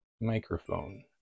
microphone